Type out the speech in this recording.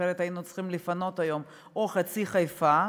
אחרת היינו צריכים לפנות היום חצי מחיפה,